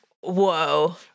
whoa